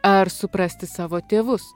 ar suprasti savo tėvus